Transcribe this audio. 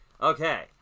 Okay